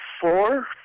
four